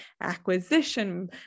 acquisition